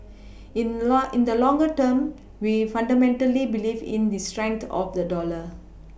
in in the longer term we fundamentally believe in the strength of the dollar